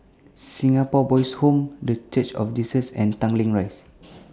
Singapore Boys' Home The Church of Jesus and Tanglin Rise